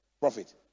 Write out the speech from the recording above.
profit